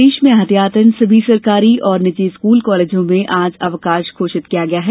प्रदेश में ऐहतियातन सभी सरकारी और निजी स्कूल कॉलेजों में आज अवकाश घोषित किया गया है